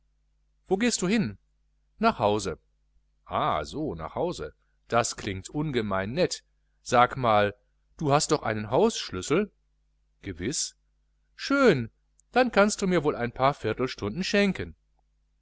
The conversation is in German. wo gehst du hin nach hause ah so nach hause das klingt ungemein nett sag mal du hast doch einen hausschlüssel gewiß schön dann kannst du mir wohl ein paar viertelstunden schenken